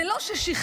זה לא ששחררתי,